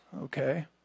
okay